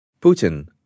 Putin